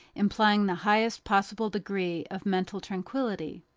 implying the highest possible degree of mental tranquillity.